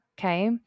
Okay